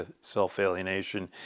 self-alienation